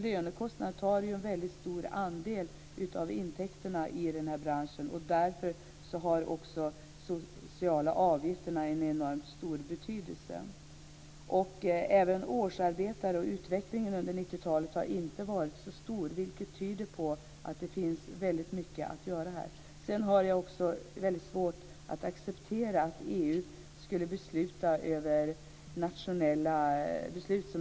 Lönekostnaderna tar en väldigt stor andel av intäkterna i denna bransch, och därför har också de sociala avgifterna en enormt stor betydelse. Utvecklingen för årsarbetare har inte varit så bra under 90-talet, vilket tyder på att det finns väldigt mycket att göra här. Jag har också väldigt svårt att acceptera att EU skulle påverka nationella beslut.